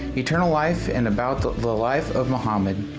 eternal life and about the the life of mohammed.